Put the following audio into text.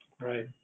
Right